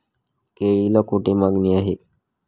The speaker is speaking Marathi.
केळीला कोठे मागणी आहे?